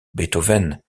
beethoven